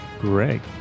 Greg